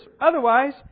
Otherwise